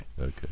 okay